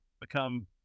become